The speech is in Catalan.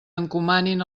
encomanin